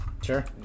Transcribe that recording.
Sure